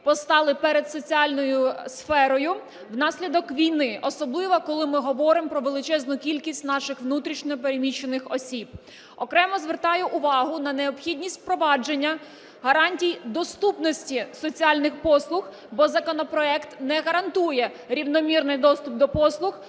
постали перед соціальною сферою внаслідок війни, особливо коли ми говоримо про величезну кількість наших внутрішньо переміщених осіб. Окремо звертаю увагу на необхідність впровадження гарантій доступності соціальних послуг, бо законопроект не гарантує рівномірний доступ до послуг